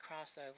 crossover